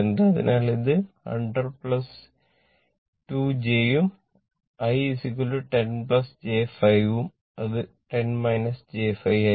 അതിനാൽ ഇത് 100 j 2 ഉം I 10 j 5 ഉം അത് 10 j 5 ആയിരിക്കും